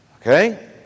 Okay